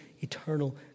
eternal